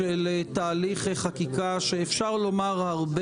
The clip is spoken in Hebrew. של מינהל הגיוני ולכן של טוהר מידות.